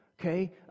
Okay